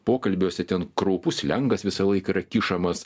pokalbiuose ten kraupus slengas visą laiką yra kišamas